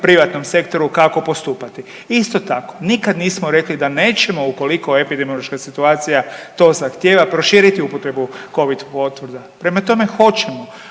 privatnom sektoru kako postupati. Isto tako, nikad nismo rekli da nećemo ukoliko epidemiološka situacija to zahtjeva proširiti upotrebu Covid potvrda. Prema tome hoćemo